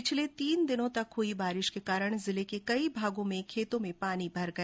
पिछले तीन दिन तक हुई बारिश के कारण जिले के कई भागों में खेतों में पानी भर गया